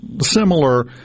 similar